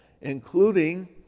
including